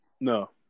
No